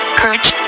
courage